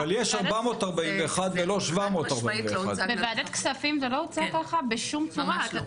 אבל יש 441 ולא 741. בוועדת כספים זה לא הוצג ככה בשום צורה.